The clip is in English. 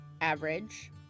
average